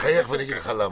גור מחייך ואגיד לך למה.